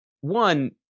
One